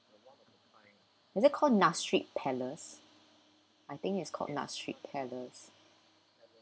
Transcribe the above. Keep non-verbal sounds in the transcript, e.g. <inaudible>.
<noise> is it called nasrid palace I think it's called nasrid palace